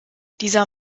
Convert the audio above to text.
dieser